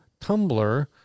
tumblr